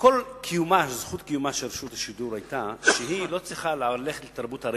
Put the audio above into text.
כל זכות קיומה של רשות השידור היתה שהיא לא צריכה ללכת לתרבות הרייטינג.